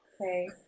Okay